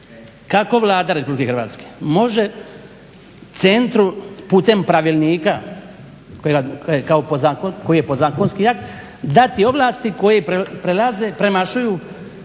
kako Vlada Republike Hrvatske može centru putem pravilnika koji je podzakonski akt dati ovlasti koje prelaze,